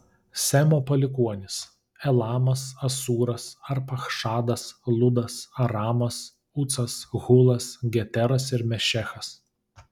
semo palikuonys elamas asūras arpachšadas ludas aramas ucas hulas geteras ir mešechas